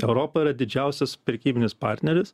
europa yra didžiausias prekybinis partneris